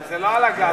אבל זה לא על הגז.